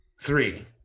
Three